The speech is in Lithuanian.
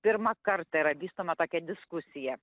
pirmą kartą yra vystoma tokia diskusija